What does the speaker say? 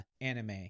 anime